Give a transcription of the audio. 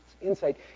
insight